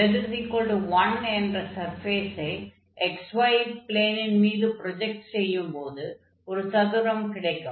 z1 என்ற சர்ஃபேஸை xy ப்ளேனின் மீது ப்ரொஜக்ட் செய்யும்போது ஒரு சதுரம் கிடைக்கும்